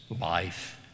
life